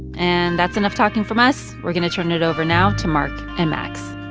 and that's enough talking from us. we're going to turn it over now to mark and max